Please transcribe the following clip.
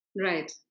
Right